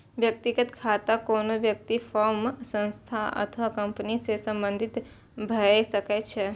व्यक्तिगत खाता कोनो व्यक्ति, फर्म, संस्था अथवा कंपनी सं संबंधित भए सकै छै